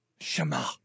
Shema